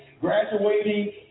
Graduating